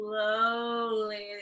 slowly